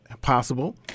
possible